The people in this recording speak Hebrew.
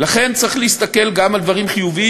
לכן צריך להסתכל גם על דברים חיוביים.